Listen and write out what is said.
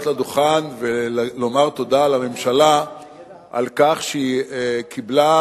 לדוכן ולומר תודה לממשלה על כך שהיא קיבלה,